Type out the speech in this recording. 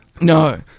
no